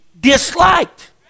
disliked